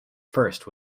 first